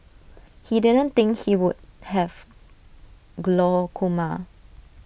he didn't think he would have glaucoma